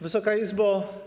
Wysoka Izbo!